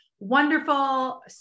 Wonderful